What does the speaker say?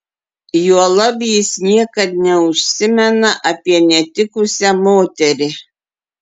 juolab jis niekad neužsimena apie netikusią moterį